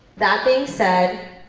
that being said,